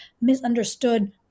misunderstood